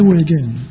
again